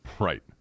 Right